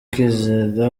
kwizera